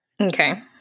Okay